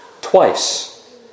twice